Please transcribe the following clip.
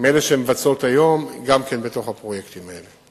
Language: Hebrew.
מאלה שמבצעות היום גם בפרויקטים האלה.